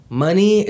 money